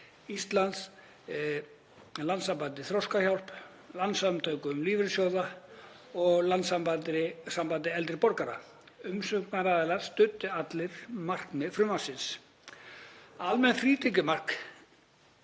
Íslands, Landssamtökunum Þroskahjálp, Landssamtökum lífeyrissjóða og Landssambandi eldri borgara. Umsagnaraðilar studdu allir markmið frumvarpsins. Almennt frítekjumark